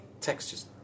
textures